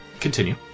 continue